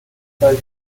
spatial